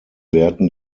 wehrten